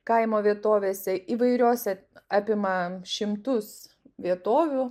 kaimo vietovėse įvairiose apima šimtus vietovių